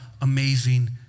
amazing